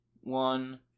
one